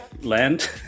land